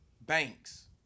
Banks